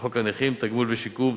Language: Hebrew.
לחוק הנכים (תגמולים ושיקום),